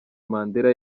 mandela